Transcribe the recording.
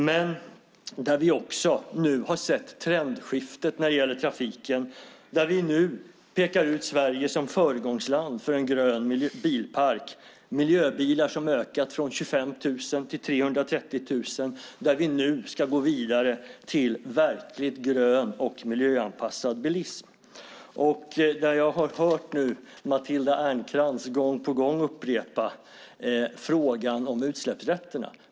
Vi har nu också sett trendskiftet när det gäller trafiken, där vi nu pekar ut Sverige som föregångsland för en grön bilpark. Miljöbilarna har ökat från 25 000 till 330 000, och vi ska nu gå vidare till verkligt grön och miljöanpassad bilism. Jag har hört Matilda Ernkrans gång på gång upprepa frågan om utsläppsrätterna.